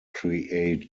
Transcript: create